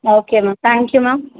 okay ma'am thank you ma'am